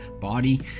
body